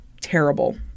Terrible